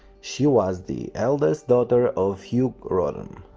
she was the eldest daughter of hugh rodham,